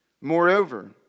Moreover